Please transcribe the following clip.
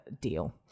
deal